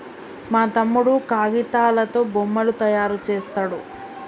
మా తమ్ముడు కాగితాలతో బొమ్మలు తయారు చేస్తాడు